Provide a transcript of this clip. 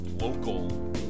local